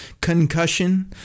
concussion –